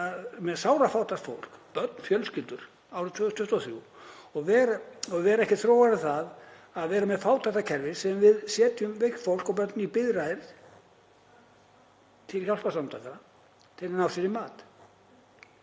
með sárafátækt fólk, börn, fjölskyldur árið 2023 og vera ekki þróaðri en það að vera með fátæktarkerfi þar sem við setjum veikt fólk og börn í biðraðir til hjálparsamtaka til að ná sér í mat.